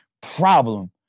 problem